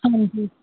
ਹਾਂਜੀ